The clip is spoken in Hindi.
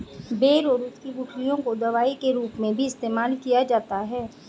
बेर और उसकी गुठलियों का दवाई के रूप में भी इस्तेमाल किया जाता है